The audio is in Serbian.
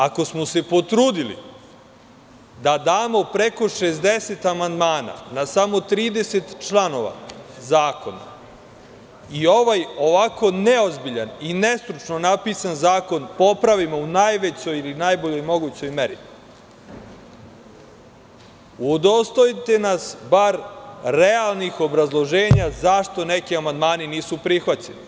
Ako smo se potrudili da damo preko 60 amandmana na samo 30 članova zakona i ovaj ovako neozbiljan i nestručno napisan zakon popravimo u najvećoj ili najboljoj mogućoj meri, udostojite nas bar realnih obrazloženja zašto neki amandmani nisu prihvaćeni.